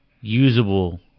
usable